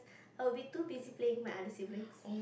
I will be too busy playing with my other siblings